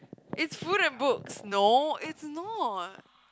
it's food and books no it's not